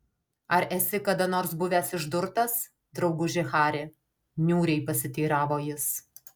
ar esi kada nors buvęs išdurtas drauguži hari niūriai pasiteiravo jis